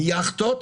מיכטות